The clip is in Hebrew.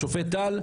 השופט טל,